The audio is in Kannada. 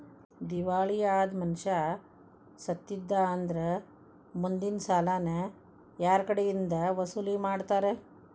ದಿವಾಳಿ ಅದ್ ಮನಷಾ ಸತ್ತಿದ್ದಾ ಅಂದ್ರ ಮುಂದಿನ್ ಸಾಲಾನ ಯಾರ್ಕಡೆಇಂದಾ ವಸೂಲಿಮಾಡ್ತಾರ?